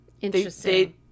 Interesting